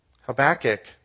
Habakkuk